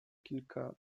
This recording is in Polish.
kilka